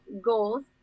goals